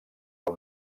del